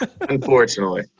unfortunately